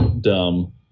dumb